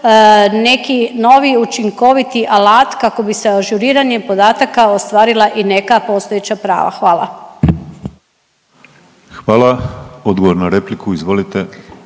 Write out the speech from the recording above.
neki novi učinkoviti alat kako bi se ažuriranjem podataka ostvarila i neka postojeća prava? Hvala. **Penava, Ivan (DP)** Hvala. Odgovor na repliku, izvolite.